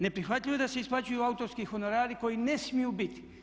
Neprihvatljivo je da se isplaćuju autorski honorari koji ne smiju biti.